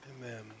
Amen